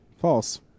False